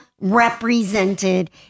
represented